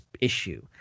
issue